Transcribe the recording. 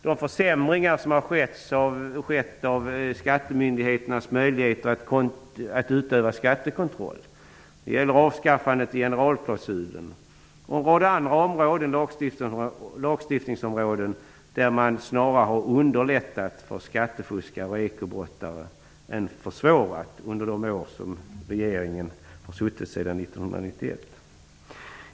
De försämringar som har skett av skattemyndigheternas möjligheter att utöva skattekontroll, avskaffandet av generalklausulen och andra åtgärder på lagstiftningsområdet från regeringen sedan 1991 har snarare underlättat än försvårat verksamheten för skattefuskare och ekobrottslingar.